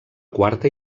quarta